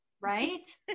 right